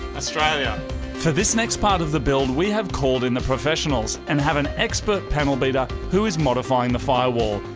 australia for this next part of the build we have called in the professionals. and had an expert panel beater who is modifying the firewall.